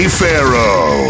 Pharaoh